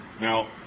Now